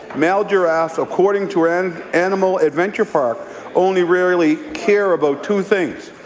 male giraffes according to and animal adventure park only rarely care about two things.